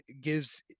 gives